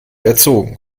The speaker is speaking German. erzogen